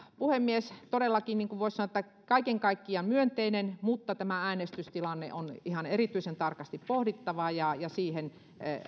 puhemies todellakin voisi sanoa että kaiken kaikkiaan myönteinen mutta tämä äänestystilanne on ihan erityisen tarkasti pohdittava ja siihen